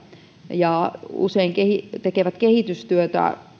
ja tekevät usein kehitystyötä